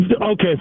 okay